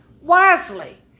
wisely